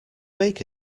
make